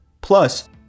Plus